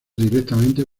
directamente